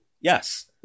yes